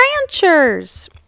Ranchers